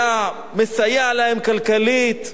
היה מסייע להם כלכלית.